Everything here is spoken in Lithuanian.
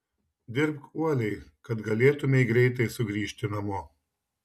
dirbk uoliai kad galėtumei greitai sugrįžti namo